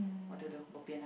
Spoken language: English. what to do bo pian lah